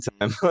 time